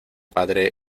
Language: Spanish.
padre